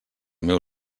meu